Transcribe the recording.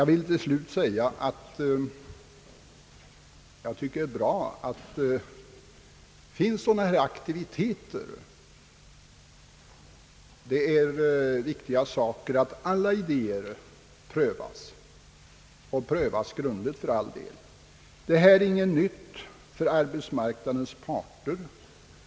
Vidare tycker jag det är bra att det finns sådana här aktiviteter. Det är viktigt att alla idéer prövas — och prövas grundligt, för all del. Det här är dock inget nytt för arbetsmarknadens parter.